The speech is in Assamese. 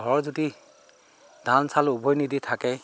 ঘৰৰ যদি ধান চালউ উভয়নদী থাকে